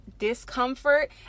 discomfort